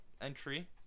entry